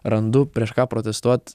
randu prieš ką protestuot